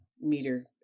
meter